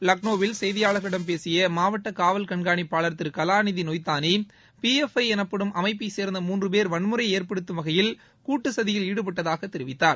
லக்னோவில் செய்தியாளர்களிடம் பேசிய மாவட்ட காவல் கண்காணிப்பாளர் Thiru Kalanithi Naithani P F I எனப்படும் அமைப்பைச்சேர்ந்த மூன்று பேர் வன்முறையை ஏற்படுத்தும் வகையில் கூட்டு சதியில் ஈடுபட்டதாக தெரிவித்தார்